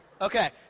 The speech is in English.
Okay